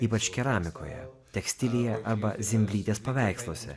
ypač keramikoje tekstilėje arba zimblytės paveiksluose